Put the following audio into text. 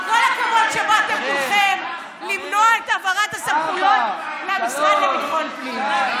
כל הכבוד שבאתם כולכם למנוע את העברת הסמכויות למשרד לביטחון הפנים.